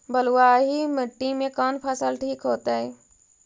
बलुआही मिट्टी में कौन फसल ठिक होतइ?